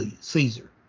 Caesar